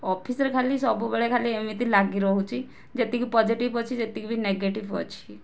ଅଫିସରେ ଖାଲି ସବୁବେଳେ ଖାଲି ଏମିତି ଲାଗି ରହୁଛି ଯେତିକି ପଜିଟିଭ୍ ଅଛି ସେତିକି ବି ନେଗେଟିଭ୍ ଅଛି